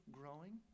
growing